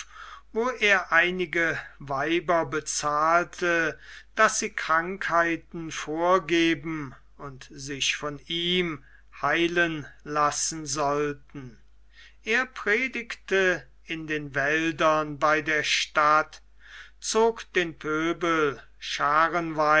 wo er einige weiber bezahlte daß sie krankheiten vorgeben und sich von ihm heilen lassen sollten er predigte in den wäldern bei der stadt zog den pöbel